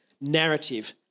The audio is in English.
narrative